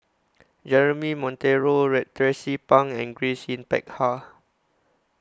Jeremy Monteiro Tracie Pang and Grace Yin Peck Ha